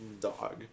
Dog